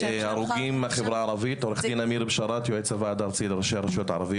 הרוגים בחברה הערבית פי 1.5 מחלקנו בחברה.